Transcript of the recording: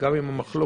וגם אם המחלוקת